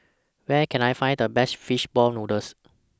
Where Can I Find The Best Fish Ball Noodles